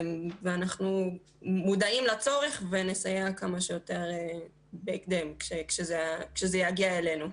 אנחנו מודעים לצורך ונסייע בהקדם עת זה יגיע אלינו.